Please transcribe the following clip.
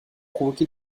provoqué